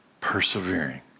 persevering